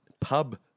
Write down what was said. pub